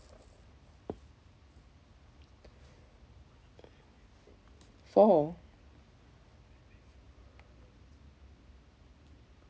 four